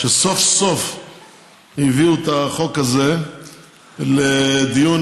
שסוף-סוף הביאו את החוק הזה לדיון,